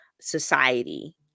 society